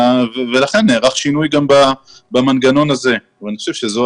לכן נערך שינוי גם במנגנון הזה ואני חושב שזו